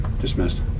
Dismissed